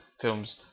films